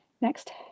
Next